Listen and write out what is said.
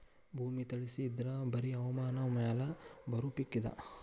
ಭೂಮಿ ತಳಸಿ ಇದ್ರ ಬರಿ ಹವಾಮಾನ ಮ್ಯಾಲ ಬರು ಪಿಕ್ ಇದ